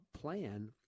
plan